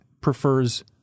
prefers